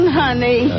honey